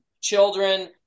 children